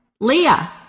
Leah